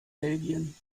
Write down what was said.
belgien